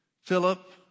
Philip